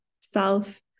self